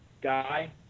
Guy